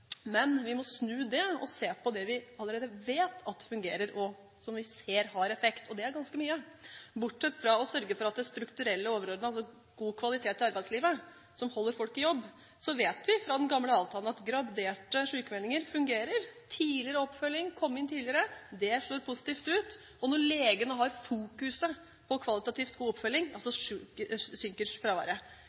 ser har effekt, og det er ganske mye. Bortsett fra det å sørge for det strukturelt overordnede, altså god kvalitet i arbeidslivet som holder folk i jobb, vet vi fra den gamle avtalen at graderte sykmeldinger fungerer, at tidligere oppfølging, komme inn tidligere, slår positivt ut. Og når legene har fokus på kvalitativt god oppfølging,